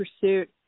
pursuit